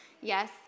yes